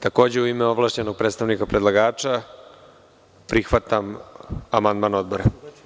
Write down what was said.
Takođe, u ime ovlašćenog predstavnika predlagača, prihvatam amandman Odbora.